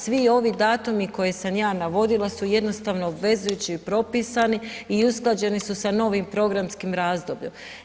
Svi ovi datumi koje sam ja navodila su jednostavno obvezujući i propisani i usklađeni su sa novim programskim razdobljem.